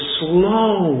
slow